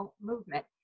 movement